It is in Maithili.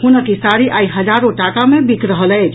हुनक ई साड़ी आइ हजारो टाका मे बिक रहल अछि